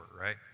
right